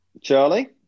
Charlie